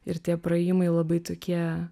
ir tie praėjimai labai tokie